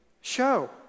show